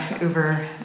Uber